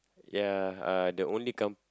ya uh the only kam~